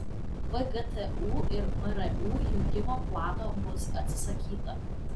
vgtu ir mru jungimo plano bus atsisakyta